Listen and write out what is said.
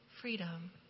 freedom